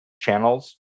channels